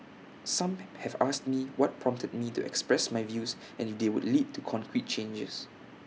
some have asked me what prompted me to express my views and if they would lead to concrete changes